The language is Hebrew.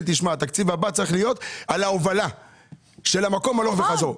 שהתקציב הבא צריך להיות על הובלה של הכיסאות הלוך וחזור.